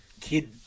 kid